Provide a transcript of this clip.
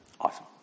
Awesome